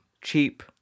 cheap